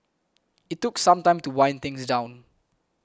it took some time to wind things down